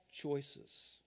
choices